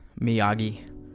Miyagi